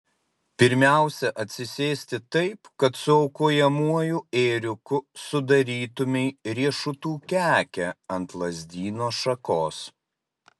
pirmiausia atsisėsti taip kad su aukojamuoju ėriuku sudarytumei riešutų kekę ant lazdyno šakos